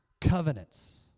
covenants